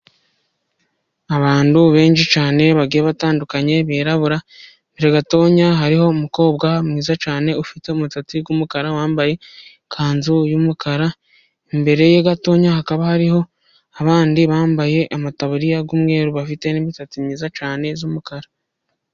Abantu benshi cyane bagiye batandukanye birabura. Imbere gato hariho umukobwa mwiza cyane ufite umusatsi w'umukara, wambaye ikanzu y'umukara. Imbere ye gato hakaba hariho abandi bambaye amatabuririya asa n'umweru, bafite n'imisatsi myiza cyane y'umukara.